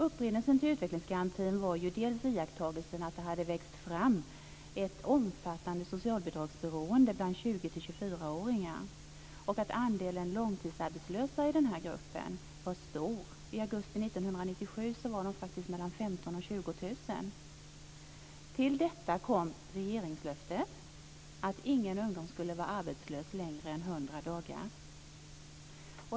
Upprinnelsen till utvecklingsgarantin var dels iakttagelsen att det hade växt fram ett omfattande socialbidragsberoende bland 20-24-åringar, dels att andelen långtidsarbetslösa i den gruppen var stor. I Till detta kom regeringslöftet att ingen ung människa skulle vara arbetslös längre än 100 dagar.